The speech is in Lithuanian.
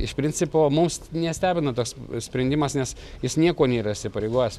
iš principo mūs nestebina tas sprendimas nes jis niekuo nėra įsipareigojęs